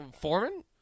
Foreman